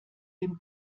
dem